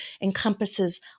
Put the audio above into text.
encompasses